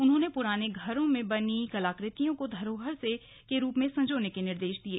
उन्होंने पुराने घरों में बनीं कलाकृत्तियों को धरोहर के रूप में संजोने के निर्देश दिये